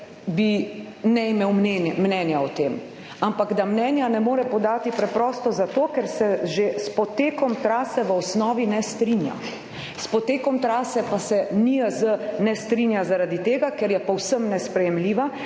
bi ne imel mnenja o tem, ampak da mnenja ne more podati preprosto zato, ker se že s potekom trase v osnovi ne strinja. S potekom trase pa se NIJZ ne strinja zaradi tega, ker je povsem nesprejemljiva